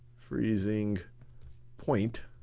freezing point.